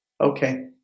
Okay